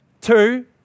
two